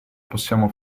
possiamo